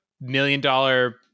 million-dollar